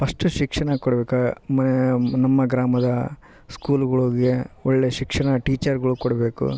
first ಶಿಕ್ಷಣ ಕೊಡ್ಬೇಕು ಮಾ ನಮ್ಮ ಗ್ರಾಮದ ಸ್ಕೂಲುಗಳು ಹೋಗೆ ಒಳ್ಳೇ ಶಿಕ್ಷಣ ಟೀಚರ್ಗಳ್ ಕೊಡಬೇಕು